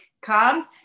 comes